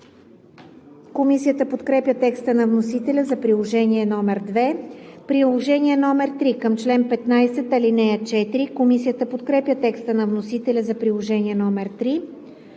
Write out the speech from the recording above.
Комисията подкрепя текста на вносителя за Приложение № 2. Приложение № 3 към чл. 15, ал. 4. Комисията подкрепя текста на вносителя за Приложение № 3.